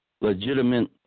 legitimate